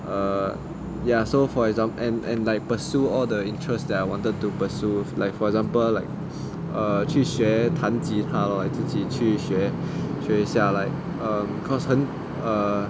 err ya so for example and and like pursue all the interest that wanted to pursue like for example like err 去学弹吉他 lor 自己去学学学一下 like cause 很 err